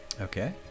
Okay